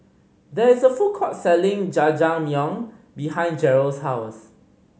there is a food court selling Jajangmyeon behind Jerrell's house